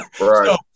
right